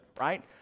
right